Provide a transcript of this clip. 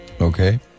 Okay